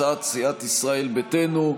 הצעת סיעת ישראל ביתנו,